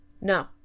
no